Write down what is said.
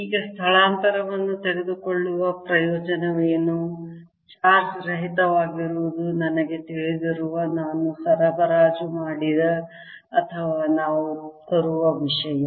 ಈಗ ಸ್ಥಳಾಂತರವನ್ನು ತೆಗೆದುಕೊಳ್ಳುವ ಪ್ರಯೋಜನವೇನು ಚಾರ್ಜ್ ರಹಿತವಾಗಿರುವುದು ನನಗೆ ತಿಳಿದಿರುವ ನಾನು ಸರಬರಾಜು ಮಾಡಿದ ಅಥವಾ ನಾವು ತರುವ ವಿಷಯ